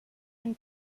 and